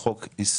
הוא חוק היסטורי,